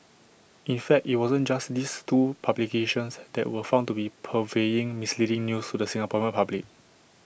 in fact IT wasn't just these two publications that were found to be purveying misleading news to the Singaporean public